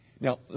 Now